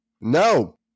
No